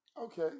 Okay